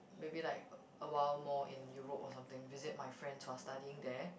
maybe like a while more in Europe or something visit my friends who are studying there